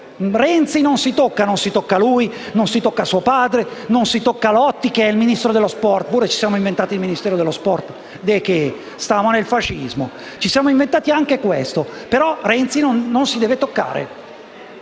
Renzi non si tocca. Non si tocca lui. Non si tocca suo padre. Non si tocca Lotti, che è il Ministro dello sport. Ci siamo inventati pure il Ministro dello sport. "Ma de che? Stamo nel fascismo?" Ci siamo inventati anche questo. Ma Renzi non si deve toccare.